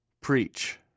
preach